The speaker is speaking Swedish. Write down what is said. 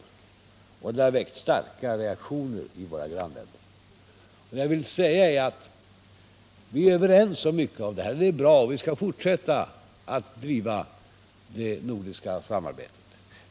Det har väckt starka reaktioner i våra grannländer. Vad jag vill säga är att vi är överens om mycket och att det är bra. Vi skall fortsätta att driva det nordiska samarbetet.